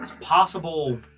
possible